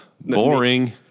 Boring